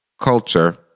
culture